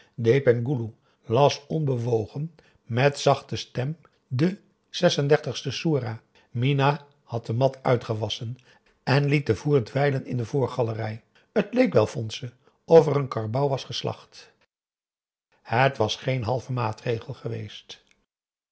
las onbewogen met zachte stem soerah xxxvi minah had de mat uitgewasschen en liet den vloer dweilen in de voorgalerij t leek wel vond ze of er een karbouw was geslacht het was geen halve maatregel geweest